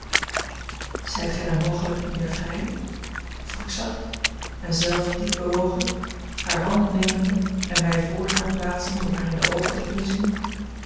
zijt gij dan mogelijk niet meer vrij vroeg ik zacht en zelf diep bewogen hare hand nemende en mij voor haar plaatsend om haar in de oogen te kunnen zien